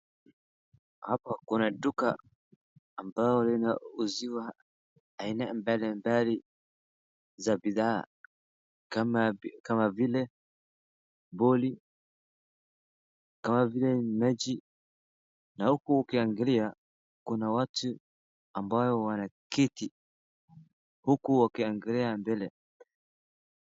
Hapa kuna duka ambao linauziwa aina mbalimbali za bidhaa. Kama kama vile boli kama vile mechi. Na huku ukiangalia kuna watu ambao wanaketi huku wakiangalia mbele.